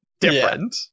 different